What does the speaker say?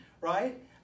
right